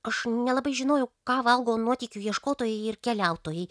aš nelabai žinojau ką valgo nuotykių ieškotojai ir keliautojai